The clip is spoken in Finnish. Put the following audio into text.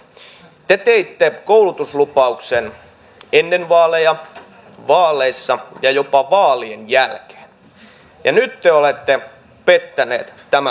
arvoisa opetusministeri te teitte koulutuslupauksen ennen vaaleja vaaleissa ja jopa vaalien jälkeen ja nyt te olette pettänyt tämän lupauksen